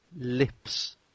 lips